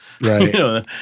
Right